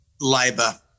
labour